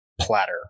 platter